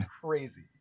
crazy